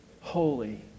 holy